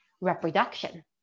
Reproduction